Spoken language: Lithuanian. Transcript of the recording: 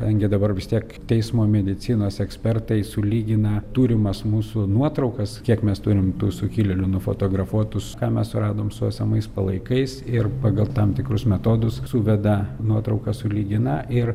kadangi dabar vis tiek teismo medicinos ekspertai sulygina turimas mūsų nuotraukas kiek mes turim tų sukilėlių nufotografuotus ką mes suradom su esamais palaikais ir pagal tam tikrus metodus suveda nuotraukas sulygina ir